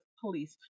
police